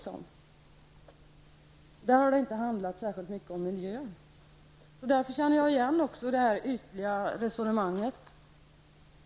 Där har det inte handlat särskilt mycket om miljön. Därför känner jag igen också det här ytliga resonemanget.